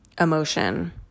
emotion